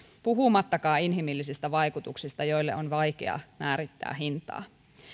puhumattakaan inhimillisistä vaikutuksista joille on vaikea määrittää hintaa